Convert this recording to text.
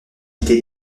était